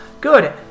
Good